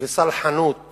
וסלחנות